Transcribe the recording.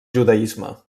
judaisme